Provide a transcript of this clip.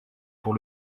pour